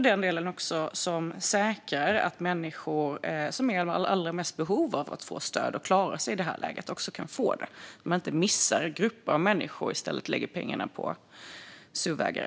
De ska också säkra att människor som är i allra mest behov av att få stöd i detta läge också kan få det, så att man inte missar grupper av människor och i stället lägger pengarna på suvägare.